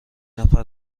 نفر